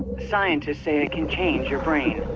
scientists say it can change your brain.